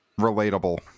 Relatable